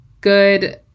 good